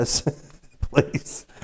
please